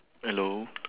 hello